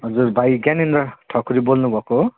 हजुर भाइ ज्ञानेन्द्र ठकुरी बोल्नुभएको हो